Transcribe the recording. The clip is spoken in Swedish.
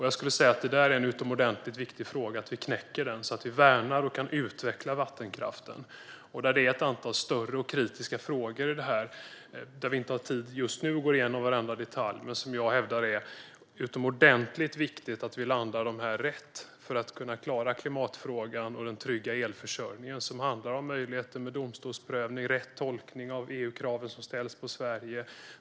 Jag skulle säga att det är utomordentligt viktigt att vi knäcker detta, så att vi värnar och kan utveckla vattenkraften. Det är ett antal större och kritiska frågor i detta. Vi har inte tid just nu att gå igenom varenda detalj. Men jag hävdar att det är utomordentligt viktigt att vi landar rätt för att kunna klara klimatfrågan och den trygga elförsörjningen. Det handlar om möjligheten till domstolsprövning och om rätt tolkning av de EU-krav som ställs på Sverige.